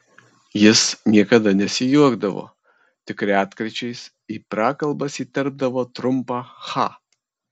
jis niekada nesijuokdavo tik retkarčiais į prakalbas įterpdavo trumpą cha